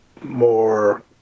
more